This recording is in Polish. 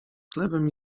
chlebem